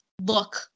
look